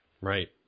Right